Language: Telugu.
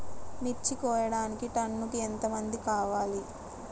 మిర్చి కోయడానికి టన్నుకి ఎంత మంది కావాలి?